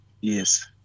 yes